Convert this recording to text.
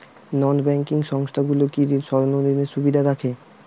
নন banking সংস্থাগুলো কি স্বর্ণঋণের সুবিধা রাখে?